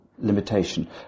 Limitation